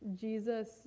Jesus